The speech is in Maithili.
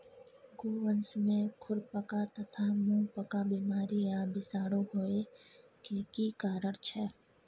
गोवंश में खुरपका तथा मुंहपका बीमारी आ विषाणु होय के की कारण छै?